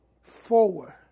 forward